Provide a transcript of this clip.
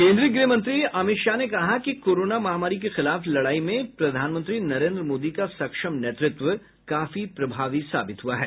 केन्द्रीय गृहमंत्री अमित शाह ने कहा कि कोरोना महामारी के खिलाफ लड़ाई में प्रधानमंत्री नरेन्द्र मोदी का सक्षम नेतृत्व काफी प्रभावी साबित हुआ है